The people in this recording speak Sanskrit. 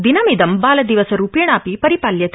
दिनमिदं बालदिवसरूपेणापि परिपाल्यते